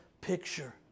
picture